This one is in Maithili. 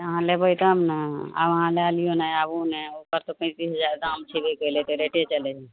अहाँ लेबय तब ने आब अहाँ लए लियौ ने आबू ने ओकर तऽ पैंतीस हजार दाम छेबे केलय तऽ रेटे चलय हइ